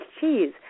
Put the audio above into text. cheese